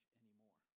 anymore